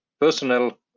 personnel